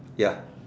ya